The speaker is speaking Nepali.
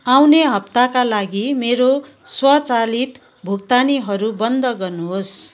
आउने हप्ताका लागि मेरो स्वचालित भुक्तानीहरू बन्द गर्नुहोस्